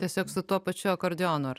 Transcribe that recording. tiesiog su tuo pačiu akordeonu ar